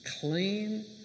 clean